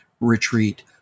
retreat